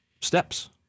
steps